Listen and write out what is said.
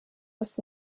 was